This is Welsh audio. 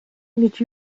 nid